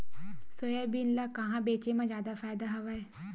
Soybean ल कहां बेचे म जादा फ़ायदा हवय?